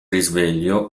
risveglio